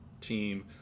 team